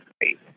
great